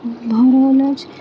हमरा छै